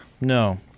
No